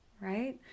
right